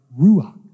ruach